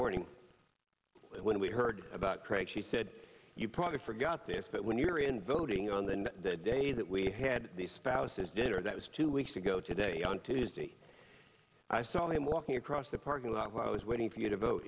morning when we heard about trade she said you probably forgot this but when you're in voting on the day that we had the spouses dinner that was two weeks ago today on tuesday i saw him walking across the parking lot while i was waiting for you to vote